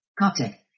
Coptic